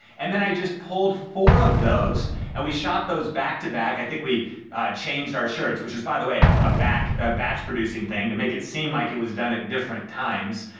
and then i just pulled four of those and we shot those back to back. i think we changed our shirts, which is by the way ah ah a ah batch producing thing to make it seem like it was done at different times.